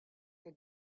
the